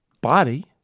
body